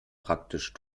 praktisch